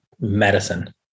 medicine